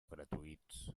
gratuïts